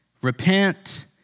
Repent